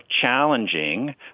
challenging